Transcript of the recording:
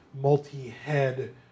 multi-head